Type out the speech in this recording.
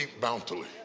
bountifully